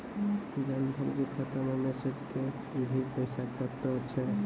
जन धन के खाता मैं मैसेज के भी पैसा कतो छ?